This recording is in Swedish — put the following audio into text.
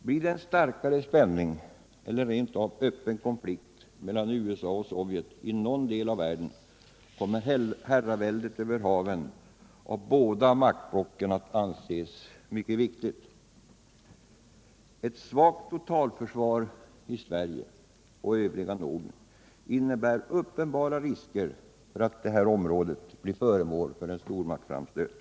Blir det en starkare spänning eller rent av en öppen konflikt mellan USA och Sovjet i någon del av världen kommer herraväldet över haven av båda maktblocken att anses som mycket viktig. Ett svagt totalförsvar i Sverige och övriga Norden innebär uppenbara risker för att detta område kan bli föremål för en stormaktsframstöt.